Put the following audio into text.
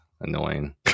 annoying